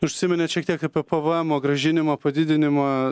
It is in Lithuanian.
užsiminėt šiek tiek apie pvemo grąžinimo padidinimą